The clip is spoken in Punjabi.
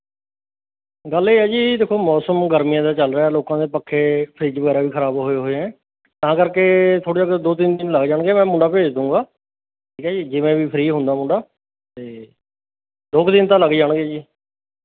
ਗੱਲ ਇਹ ਹੈ ਜੀ ਦੇਖੋ ਮੌਸਮ ਗਰਮੀਆਂ ਦਾ ਚੱਲ ਰਿਹਾ ਲੋਕਾਂ ਦੇ ਪੱਖੇ ਫ਼ਰਿੱਜ ਵਗੈਰਾ ਵੀ ਖ਼ਰਾਬ ਹੋਏ ਹੋਏ ਹੈ ਤਾਂ ਕਰਕੇ ਥੋੜ੍ਹਾ ਜਿਹਾ ਦੋ ਤਿੰਨ ਦਿਨ ਲੱਗ ਜਾਣਗੇ ਮੈਂ ਮੁੰਡਾ ਭੇਜ ਦੂੰਗਾ ਠੀਕ ਹੈ ਜੀ ਜਿਵੇਂ ਵੀ ਫ਼ਰੀ ਹੁੰਦਾ ਮੁੰਡਾ ਅਤੇ ਦੋ ਕੁ ਦਿਨ ਤਾਂ ਲੱਗ ਹੀ ਜਾਣਗੇ ਜੀ